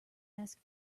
ask